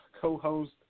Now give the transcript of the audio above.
co-host